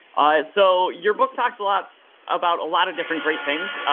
so your book talks a lot about a lot of different great things,